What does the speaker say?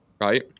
right